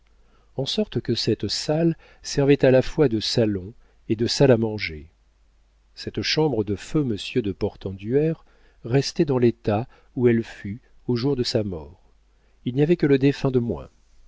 en sorte que cette salle servait à la fois de salon et de salle à manger cette chambre de feu monsieur de portenduère restait dans l'état où elle fut au jour de sa mort il n'y avait que le défunt de moins